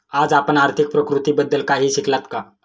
आज आपण आर्थिक प्रतिकृतीबद्दल काही शिकलात का?